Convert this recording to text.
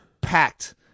packed